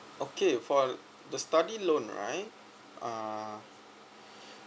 okay for the study loan right uh